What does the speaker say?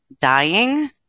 dying